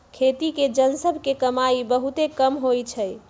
खेती के जन सभ के कमाइ बहुते कम होइ छइ